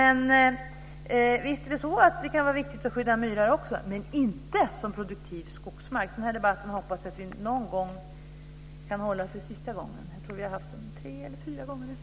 Visst kan det vara viktigt att skydda också myrar, men inte som produktiv skogsmark. Den här debatten hoppas jag att vi någon gång kan hålla för sista gången. Jag tror att vi haft den tre eller fyra gånger redan.